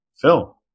Phil